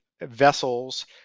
vessels